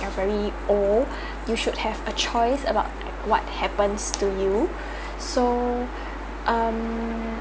very old you should have a choice about what happens to you so um